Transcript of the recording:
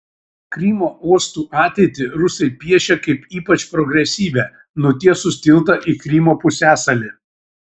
krymo uostų ateitį rusai piešia kaip ypač progresyvią nutiesus tiltą į krymo pusiasalį